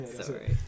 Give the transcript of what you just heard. Sorry